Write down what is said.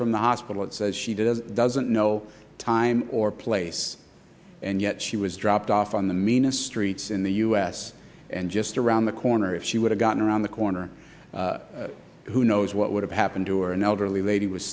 from the hospital it says she didn't doesn't know time or place and yet she was dropped off on the meanest streets in the u s and just around the corner if she would have gotten around the corner who knows what would have happened to or an elderly lady was